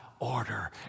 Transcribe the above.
order